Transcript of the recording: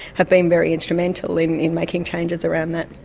have been very instrumental in in making changes around that.